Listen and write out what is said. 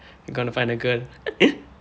you gonna find a girl